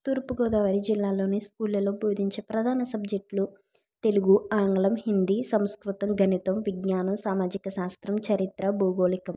తూర్పుగోదావరి జిల్లాలోని స్కూల్లలో బోధించే ప్రధాన సబ్జెక్టులు తెలుగు ఆంగ్లం హిందీ సంస్కృతం గణితం విజ్ఞానం సామాజిక శాస్త్రం చరిత్ర భౌగోళికం